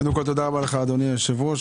תודה רבה לך, אדוני היושב-ראש.